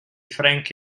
frank